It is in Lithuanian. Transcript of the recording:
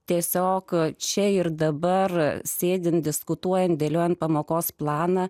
tiesiog čia ir dabar sėdint diskutuojant dėliojant pamokos planą